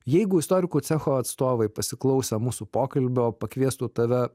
jeigu istorikų cecho atstovai pasiklausę mūsų pokalbio pakviestų tave